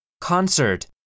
Concert